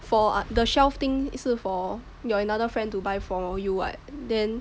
for the shelf thing 是 for your another friend to buy for you what then